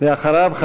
ואחריו,